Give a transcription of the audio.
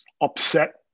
upset